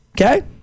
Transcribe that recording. okay